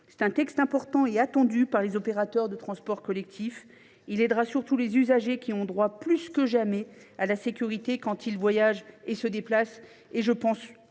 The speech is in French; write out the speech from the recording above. un texte important et attendu par les opérateurs de transport collectif. Il aidera surtout les usagers, qui ont plus que jamais droit à la sécurité quand ils voyagent et se déplacent.